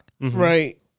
Right